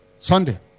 Sunday